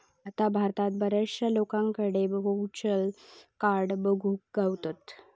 आता भारतात बऱ्याचशा लोकांकडे व्हर्चुअल कार्ड बघुक गावतत